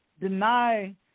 deny